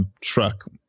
truck